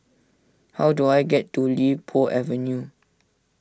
how do I get to Li Po Avenue